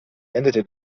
endete